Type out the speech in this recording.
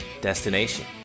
destination